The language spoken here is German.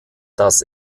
das